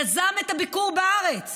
יזם את הביקור בארץ